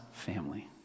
family